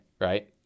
right